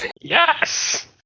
Yes